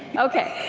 ok.